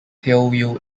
tailwheel